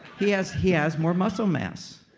he has he has more muscle mass.